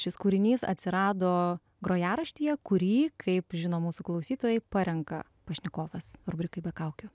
šis kūrinys atsirado grojaraštyje kurį kaip žino mūsų klausytojai parenka pašnekovas rubrikai be kaukių